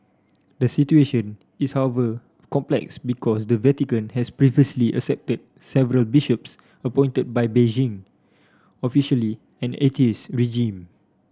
the situation is however complex because the Vatican has previously accepted several bishops appointed by Beijing officially an atheist regime